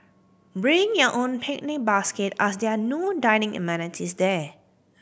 bring your own picnic basket as there are no dining amenities there